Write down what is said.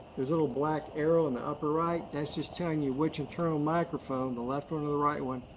there's a little black arrow in the upper right that's just telling you which internal microphone, the left one or the right one,